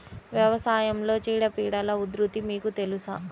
వ్యవసాయంలో చీడపీడల ఉధృతి మీకు తెలుసా?